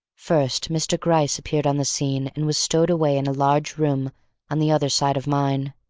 first, mr. gryce appeared on the scene and was stowed away in a large room on the other side of mine.